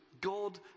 God